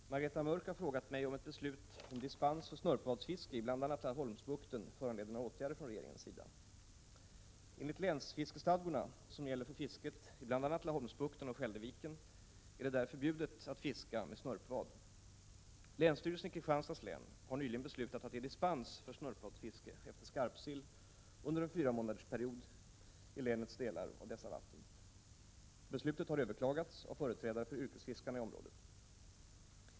Herr talman! Margareta Mörck har frågat mig om ett beslut om dispens för snörpvadsfiske i bl.a. Laholmsbukten föranleder några åtgärder från regeringens sida. Enligt länsfiskestadgorna som gäller för fisket i bl.a. Laholmsbukten och Skälderviken är det där förbjudet att fiska med snörpvad. Länsstyrelsen i Kristianstads län har nyligen beslutat att ge dispens för snörpvadsfiske efter skarpsill under en fyramånadersperiod i länets delar av dessa vatten. Beslutet har överklagats av företrädare för yrkesfiskarna i området.